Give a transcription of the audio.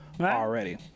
already